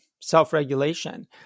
self-regulation